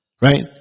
right